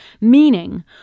meaning